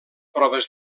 proves